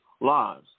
lives